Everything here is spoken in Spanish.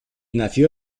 nació